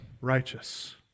righteous